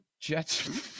Jets